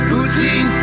Putin